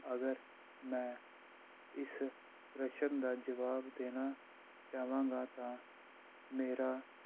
ਅਗਰ ਮੈਂ ਇਸ ਪ੍ਰਸ਼ਨ ਦਾ ਜਵਾਬ ਦੇਣਾ ਚਾਹਵਾਂਗਾ ਤਾਂ ਮੇਰਾ